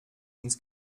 ins